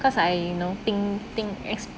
cause I you know think think